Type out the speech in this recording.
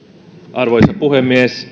arvoisa puhemies